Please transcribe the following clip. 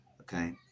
Okay